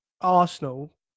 Arsenal